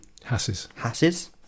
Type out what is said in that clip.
Hasses